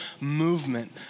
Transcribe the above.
movement